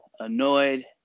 Annoyed